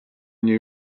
mnie